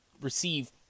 receive